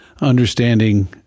understanding